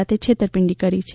સાથે છેતરપીંડી કરી છે